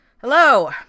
Hello